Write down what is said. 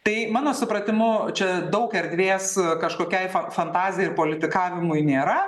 tai mano supratimu čia daug erdvės kažkokiai fantazijai ir politikavimui nėra